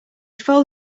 fold